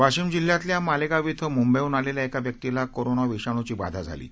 वाशिम जिल्ह्यातल्या मालेगाव इथं मुंबईहून आलेल्या एका व्यक्तीला कोरोना विषाणूची बाधा झाली आहे